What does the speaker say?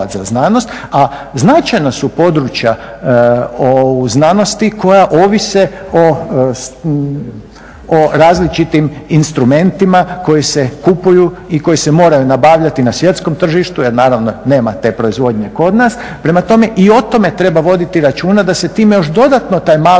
značajna su područja u znanosti koja ovise o različitim instrumentima koji se kupuju i koji se moraju nabavljati na svjetskom tržištu jer naravno nema te proizvodnje kod nas. Prema tome i o tome treba voditi računa da se time još dodatno taj mali